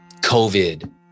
COVID